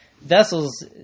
vessels